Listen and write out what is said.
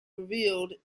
revealed